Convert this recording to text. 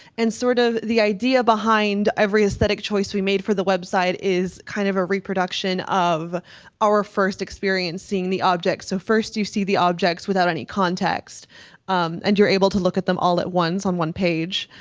and sort of the idea behind every aesthetic choice we made for the website is kind of a reproduction of our first experience seeing the objects. so first, you see the objects without any context and you're able to look at them all at once on one page,